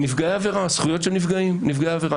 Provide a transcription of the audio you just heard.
זכויות של נפגעי עבירה.